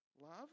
Love